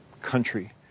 country